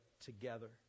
together